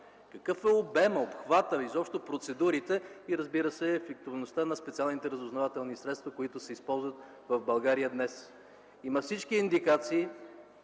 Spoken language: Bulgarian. какъв е обемът, обхватът, изобщо процедурите и, разбира се, ефективността на специалните разузнавателни средства, които се използват в България днес. Има всички индикации,